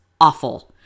awful